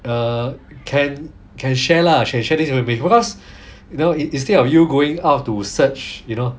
uh can can share lah share this with you because then in~ instead of you going out to search you know